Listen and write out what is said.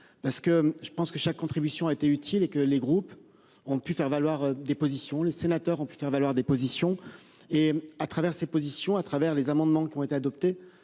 Parce que je pense que chaque contribution a été utile et que les groupes ont pu faire valoir des positions. Les sénateurs ont pu faire valoir des positions et à travers ses positions à travers les amendements qui ont été adoptés.